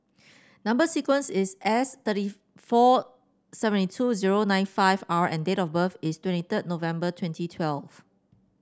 number sequence is S thirty four seventy two zero nine five R and date of birth is twenty third November twenty twelve